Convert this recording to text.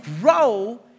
grow